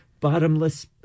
bottomless